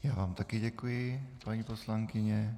Já vám taky děkuji, paní poslankyně.